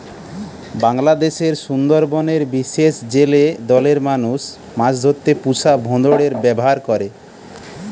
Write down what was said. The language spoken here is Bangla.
বাংলাদেশের সুন্দরবনের বিশেষ জেলে দলের মানুষ মাছ ধরতে পুষা ভোঁদড়ের ব্যাভার করে